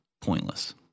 pointless